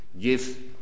give